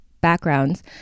backgrounds